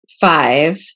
five